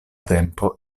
tempo